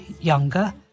younger